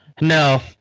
no